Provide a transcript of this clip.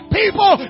people